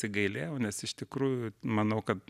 tik gailėjau nes iš tikrųjų manau kad